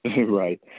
right